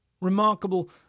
Remarkable